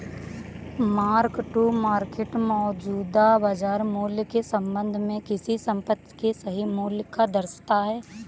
mark to market मौजूदा बाजार मूल्य के संबंध में किसी संपत्ति के सही मूल्य को दर्शाता है